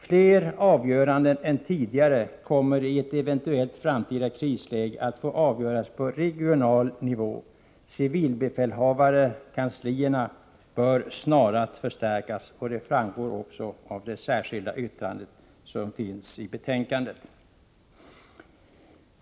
Flera avgöranden än tidigare kommer i ett eventuellt framtida krisläge att få tagas på regional nivå. Civilbefälhavarkanslierna bör därför snarast förstärkas. Detta framgår också av det särskilda yttrande nr 3 som har fogats till betänkandet.